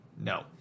no